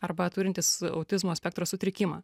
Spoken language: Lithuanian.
arba turintys autizmo spektro sutrikimą